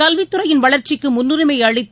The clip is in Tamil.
கல்வித்துறையின் வளர்ச்சிக்கு முன்னுரிமை அளித்து